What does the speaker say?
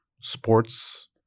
sports